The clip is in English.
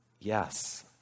yes